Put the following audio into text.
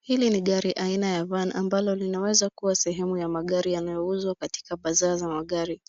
Hili ni gari aina ya van ambalo linaweza kuwa sehemu ya magari yanaoyouzwa katika bazaar za magari.